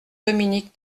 dominique